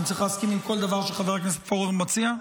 אני צריך להסכים עם כל דבר שחבר הכנסת פורר מציע?